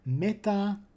meta-